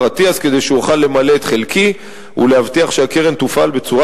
אטיאס כדי שאוכל למלא את חלקי ולהבטיח שהקרן תופעל בצורה